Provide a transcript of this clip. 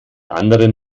anderen